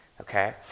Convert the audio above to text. Okay